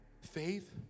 faith